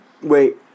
Wait